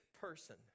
person